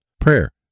prayer